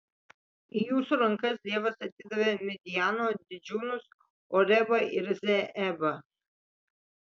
į jūsų rankas dievas atidavė midjano didžiūnus orebą ir zeebą